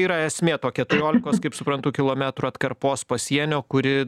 yra esmė to keturiolikos kaip suprantu kilometrų atkarpos pasienio kuri